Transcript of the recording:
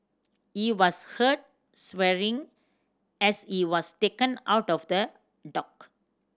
he was heard swearing as he was taken out of the dock